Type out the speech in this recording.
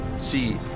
See